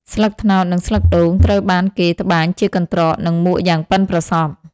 ស្លឹកត្នោត និងស្លឹកដូងត្រូវបានគេត្បាញជាកន្ត្រក និងមួកយ៉ាងប៉ិនប្រសប់។